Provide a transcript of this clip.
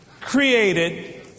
created